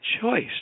choice